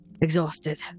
exhausted